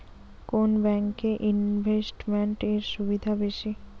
কোন ব্যাংক এ ইনভেস্টমেন্ট এর সুবিধা বেশি?